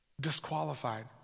disqualified